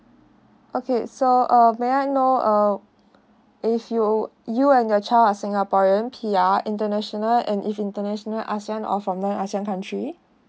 okay so uh may I know uh if you you and your child are singaporean P_R international and if international asean or from non asean country